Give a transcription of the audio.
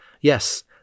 Yes